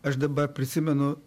aš dabar prisimenu